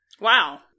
wow